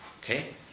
Okay